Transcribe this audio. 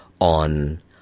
on